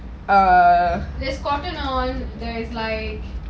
there's cotton on there is like